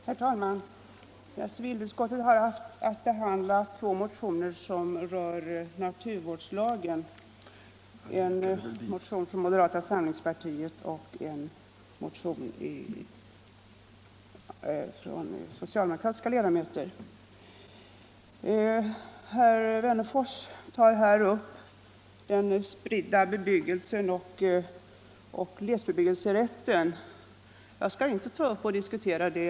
Herr talman! Civilutskottet har haft att behandla två motioner som berör naturvårdslagen, en motion från moderata samlingspartiet och en från några socialdemokratiska ledamöter. Herr Wennerfors tar nu upp den spridda bebyggelsen och glesbebyggelserätten. Jag skall inte diskutera det här.